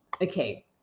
Okay